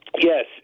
Yes